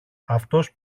αυτός